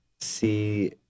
see